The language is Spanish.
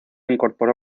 incorporó